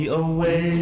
away